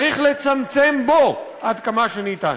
צריך לצמצם בו עד כמה שניתן.